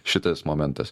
šitas momentas